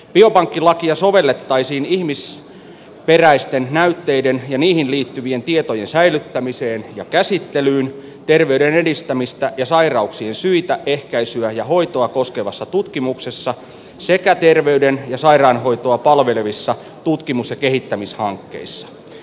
biopankkilakia sovellettaisiin ihmisperäisten näytteiden ja niihin liittyvien tietojen säilyttämiseen ja käsittelyyn terveyden edistämistä ja sairauksien syitä ehkäisyä ja hoitoa koskevassa tutkimuksessa sekä terveyden ja sairaanhoitoa palvelevissa tutkimus ja kehittämishankkeissa